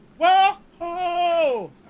Whoa